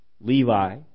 Levi